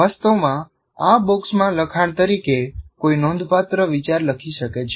વાસ્તવમાં આ બોક્સમાં લખાણ તરીકે કોઈ નોંધપાત્ર વિચાર લખી શકે છે